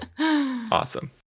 awesome